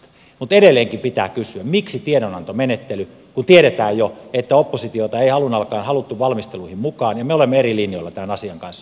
mutta edelleenkin pitää kysyä miksi tiedonantomenettely kun tiedetään jo että oppositiota ei alun alkaen haluttu valmisteluihin mukaan ja me olemme eri linjoilla tämän asian kanssa